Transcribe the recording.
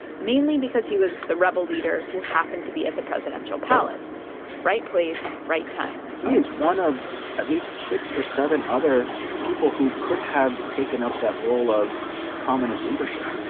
mainly because he was the rebel leader who happened to be at the presidential palace right place, right time he is one of at least six or seven other people who could have taken up that role of prominent leadership.